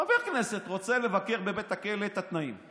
חבר כנסת רוצה לבקר בבית הכלא את התנאים,